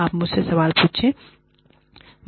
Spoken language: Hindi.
आप मुझसे सवाल पूछें